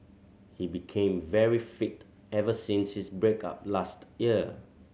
he became very fit ever since his break up last year